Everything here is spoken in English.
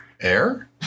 Air